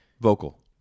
Vocal